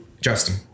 Justin